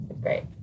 great